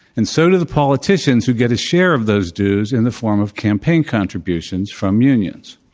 and so do the politicians who get a share of those dues in the form of campaign contributions from unions.